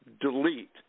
delete